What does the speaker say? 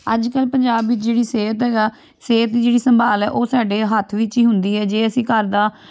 ਅੱਜ ਕੱਲ੍ਹ ਪੰਜਾਬ ਵਿੱਚ ਜਿਹੜੀ ਸਿਹਤ ਹੈਗਾ ਸਿਹਤ ਦੀ ਜਿਹੜੀ ਸੰਭਾਲ ਹੈ ਉਹ ਸਾਡੇ ਹੱਥ ਵਿੱਚ ਹੀ ਹੁੰਦੀ ਹੈ ਜੇ ਅਸੀਂ ਘਰ ਦਾ